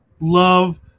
love